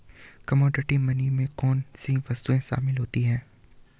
Commodity money में कौन सी वस्तुएं शामिल होती हैं?